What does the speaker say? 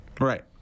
Right